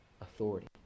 authority